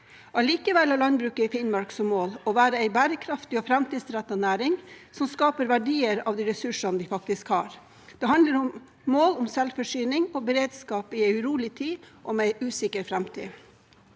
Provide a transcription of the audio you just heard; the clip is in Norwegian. Allikevel har landbruket i Finnmark som mål å være en bærekraftig og framtidsrettet næring som skaper verdier av de ressursene vi faktisk har. Det handler om mål om selvforsyning og beredskap i en urolig tid og med en usikker framtid.